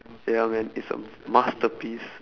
ya man it's a masterpiece